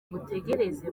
mutegereze